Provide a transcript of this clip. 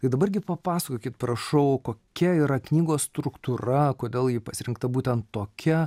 ir dabar gi papasakokit prašau kokia yra knygos struktūra kodėl ji pasirinkta būtent tokia